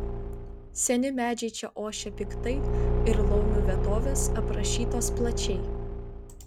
seni medžiai čia ošia piktai ir laumių vietovės aprašytos plačiai